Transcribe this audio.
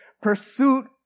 Pursuit